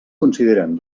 consideren